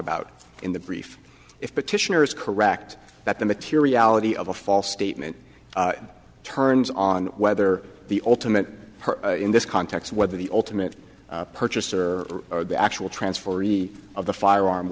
about in the brief if petitioner is correct that the materiality of a false statement turns on whether the ultimate in this context whether the ultimate purchaser of the actual transfer of the firearm